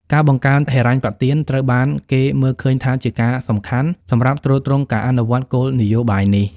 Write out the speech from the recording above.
ការបង្កើនហិរញ្ញប្បទាន ត្រូវបានគេមើលឃើញថាជាការសំខាន់សម្រាប់ទ្រទ្រង់ការអនុវត្តគោលនយោបាយនេះ។